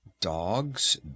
Dogs